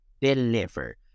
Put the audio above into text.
deliver